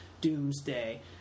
Doomsday